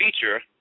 feature